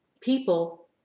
people